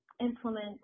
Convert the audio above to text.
implement